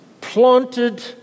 planted